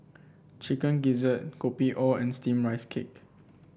Chicken Gizzard Kopi O and steamed Rice Cake